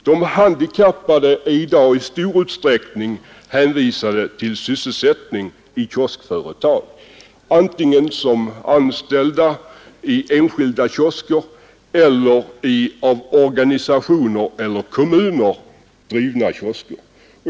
De handikappade är i dag i stor utsträckning hänvisade till sysselsättning i kioskföretag, som anställda antingen i enskilda kiosker eller i av organisationer eller kommuner drivna kiosker.